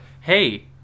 Hey